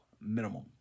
minimum